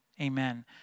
amen